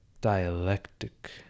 dialectic